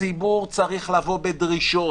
הציבור צריך לבוא בדרישות,